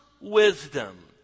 wisdom